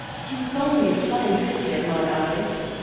he was only a flying figure in my eyes.